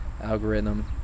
algorithm